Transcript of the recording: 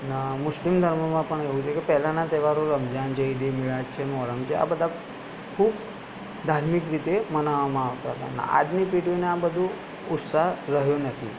અને મુસ્લિમ ધર્મમાં પણ એવું છે કે પહેલાના તહેવારો રમઝાન છે ઈદે મિલાદ છે મોહર્રમ છે આ બધા ખૂબ ધાર્મિક રીતે મનાવવામાં આવતા હતા પણ આજની પેઢીને આ બધું ઉત્સાહ રહ્યો નથી